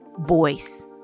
voice